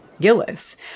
gillis